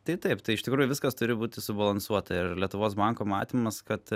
tai taip tai iš tikrųjų viskas turi būti subalansuota ir lietuvos banko matymas kad